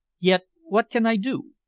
yet what can i do?